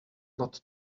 not